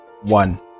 one